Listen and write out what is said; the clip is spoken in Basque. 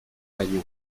baino